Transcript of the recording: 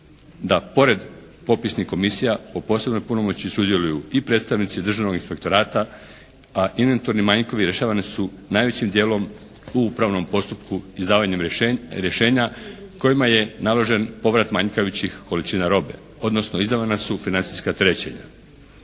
da pored popisnih komisija o posebnoj punomoći sudjeluju i predstavnici Državnog inspektorata, a inventurni manjkovi rješavani su najvećim dijelom u upravnom postupku izdavanjem rješenja kojima je naložen povrat manjkajućih količina robe, odnosno izdavana su financijska